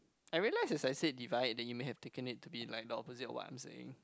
I realise is I say divide that you may have taken it to be like the opposite of what I'm saying